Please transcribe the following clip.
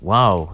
Wow